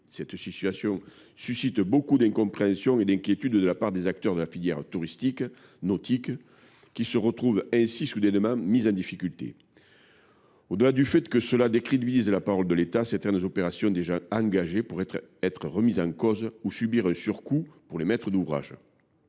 Cette situation suscite beaucoup d’incompréhension et d’inquiétude parmi les acteurs de la filière touristique nautique, qui se retrouvent ainsi soudainement mis en difficulté. Au delà du fait que cette situation décrédibilise la parole de l’État, certaines opérations déjà engagées pourraient être remises en cause ou subir un surcoût pour les maîtres d’ouvrage.